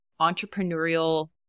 entrepreneurial